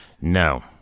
No